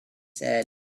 said